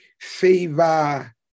favor